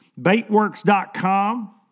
Baitworks.com